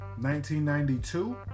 1992